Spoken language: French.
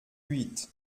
huit